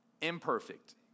imperfect